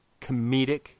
comedic